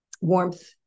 warmth